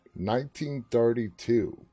1932